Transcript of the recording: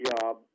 job